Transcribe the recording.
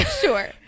Sure